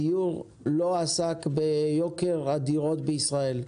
הדיון לא עסק בכך שהדירות בישראל התייקרו.